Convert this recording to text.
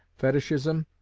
fetichism,